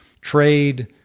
trade